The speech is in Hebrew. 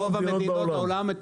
ברוב המדינות בעולם,